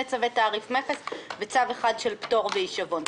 צווי תעריף מכס וצו אחד של פטור והישבון.